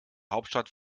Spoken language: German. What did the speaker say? hauptstadt